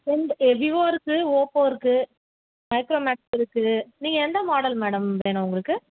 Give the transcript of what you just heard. ரெண்டு விவோ இருக்கு ஓப்போ இருக்கு மைக்ரோ மேக்ஸ் இருக்கு நீங்கள் எந்த மாடல் மேடம் வேணும் உங்களுக்கு